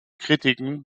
kritiken